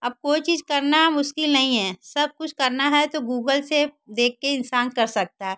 अब कोई चीज़ करना मुश्किल नहीं है सब कुछ करना है तो गूगल से देख के इंसान कर सकता है